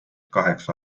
kaheksa